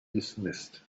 dismissed